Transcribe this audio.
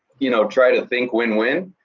you know try to think win-win,